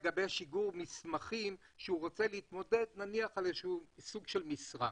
למשל לגבי שיגור מסמכים כשהוא רוצה להתמודד בסוג של משרה,